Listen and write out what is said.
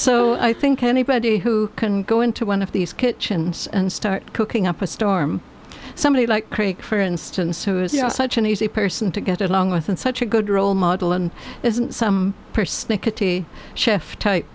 so i think anybody who can go into one of these kitchens and start cooking up a storm somebody like craig for instance who is such an easy person to get along with and such a good role model and isn't some persnickety chef type